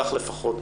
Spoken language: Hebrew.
כך לפחות,